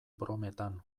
brometan